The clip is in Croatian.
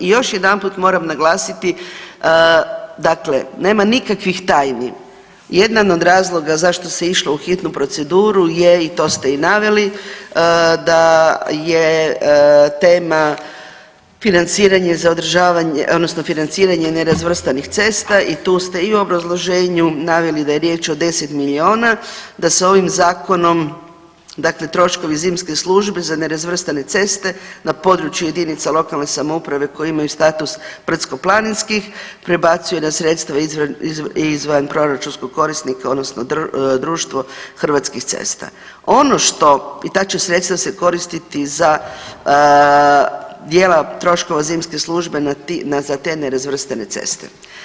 I još jedanput moram naglasiti, dakle nema nikakvih tajni, jedan od razloga zašto se išlo u hitnu proceduru je i to ste i naveli da je tema financiranje za održavanje odnosno financiranje nerazvrstanih cesta i tu ste i u obrazloženju naveli da je riječ o 10 miliona, da se ovim zakonom dakle troškovi zimske službe za nerazvrstane ceste na području jedinica lokalne samouprave koje imaju status brdskoplaninski prebacuju na sredstva izvanproračunskog korisnika odnosno društvo Hrvatskih cesta ono što, i ta će sredstva se koristiti za dijela troškova zimske službe na ti, za te nerazvrstane ceste.